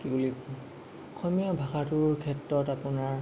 কি বুলি কয় অসমীয়া ভাষাটোৰ ক্ষেত্ৰত আপোনাৰ